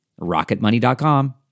RocketMoney.com